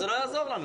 זה לא יעזור לנו.